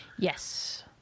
Yes